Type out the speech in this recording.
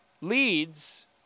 leads